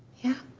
yeah.